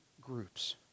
groups